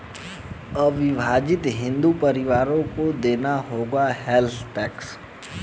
अविभाजित हिंदू परिवारों को देना होगा वेल्थ टैक्स